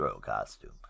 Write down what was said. costume